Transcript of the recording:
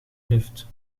lift